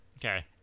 Okay